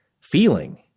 feeling